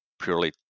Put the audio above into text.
purely